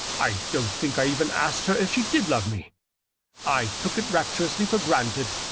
i don't think i even asked her if she did love me i took it rapturously for granted.